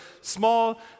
small